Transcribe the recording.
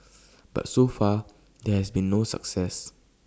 but so far there has been no success